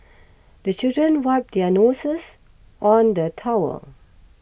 the children wipe their noses on the towel